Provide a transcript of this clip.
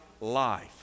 life